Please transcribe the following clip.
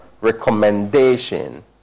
recommendation